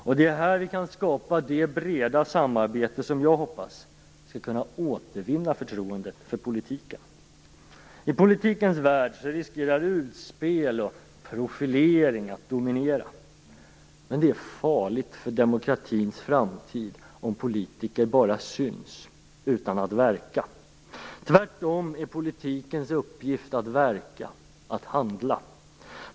Och det är här vi kan skapa det breda samarbete som jag hoppas skall kunna återvinna förtroendet för politiken. I politikens värld riskerar "utspel" och "profilering" att dominera. Men det är farligt för demokratins framtid om politiker bara syns utan att verka. Tvärtom är politikens uppgift att verka, att handla.